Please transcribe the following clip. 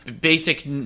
basic